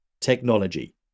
Technology